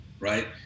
Right